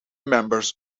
members